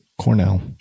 Cornell